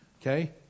Okay